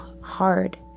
hard